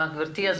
אני